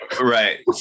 right